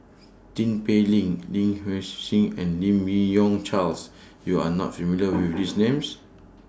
Tin Pei Ling Lin Hsin and Lim Yi Yong Charles YOU Are not familiar with These Names